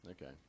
Okay